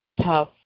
tough